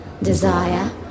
Desire